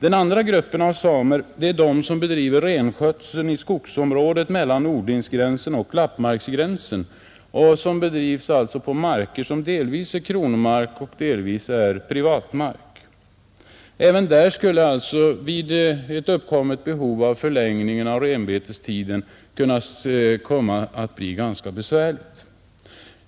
Den andra gruppen av samer är de som bedriver renskötsel i skogsområdet mellan odlingsgränserna och lappmarksgränsen på marker som är delvis kronomark och delvis privatmark. Även där skulle det alltså vid ett uppkommet behov av förlängning av renbetestiden kunna bli ganska besvärligt.